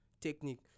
technique